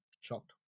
shocked